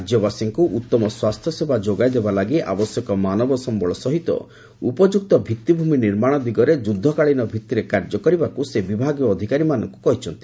ରାଜ୍ୟବାସୀଙ୍କୁ ଉତ୍ତମ ସ୍ୱାସ୍ଥ୍ୟସେବା ଯୋଗାଇଦେବା ଲାଗି ଆବଶ୍ୟକ ମାନବସମ୍ଭଳ ସହିତ ଉପଯୁକ୍ତ ଭିଭିଭୂମି ନିର୍ମାଣ ଦିଗରେ ଯୁଦ୍ଧକାଳୀନ ଭିତ୍ତିରେ କାର୍ଯ୍ୟ କରିବାକୁ ସେ ବିଭାଗୀୟ ଅଧିକାରୀମାନଙ୍କୁ କହିଛନ୍ତି